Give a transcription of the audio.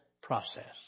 process